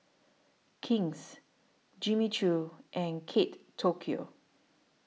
King's Jimmy Choo and Kate Tokyo